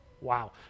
Wow